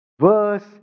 verse